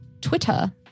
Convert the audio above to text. Twitter